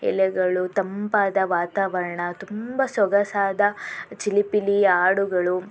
ಎಲೆಗಳು ತಂಪಾದ ವಾತಾವರಣ ತುಂಬ ಸೊಗಸಾದ ಚಿಲಿಪಿಲಿ ಹಾಡುಗಳು